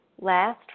last